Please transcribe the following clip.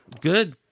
good